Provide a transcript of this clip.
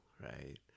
right